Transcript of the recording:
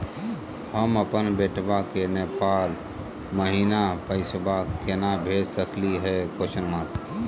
हम अपन बेटवा के नेपाल महिना पैसवा केना भेज सकली हे?